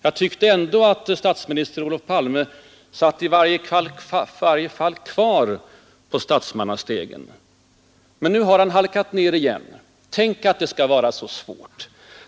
Jag tyckte ändå att statsminister Olof Palme i varje fall var kvar på statsmannastegen. Men nu har han halkat ner helt och hållet.